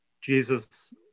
Jesus